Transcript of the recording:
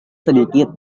sedikit